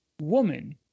woman